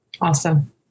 Awesome